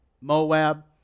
Moab